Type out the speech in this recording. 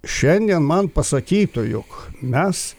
šiandien man pasakytų jog mes